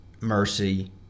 mercy